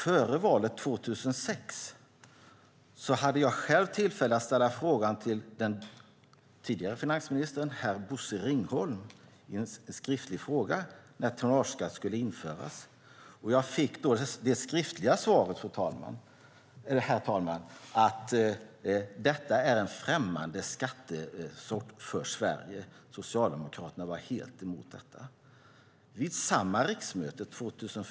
Före valet 2006 hade jag själv tillfälle att ställa en skriftlig fråga till den tidigare finansministern herr Bosse Ringholm om när tonnageskatt skulle införas. Av det skriftliga svaret fick jag veta att detta var en främmande skattesort för Sverige och att Socialdemokraterna helt var emot den.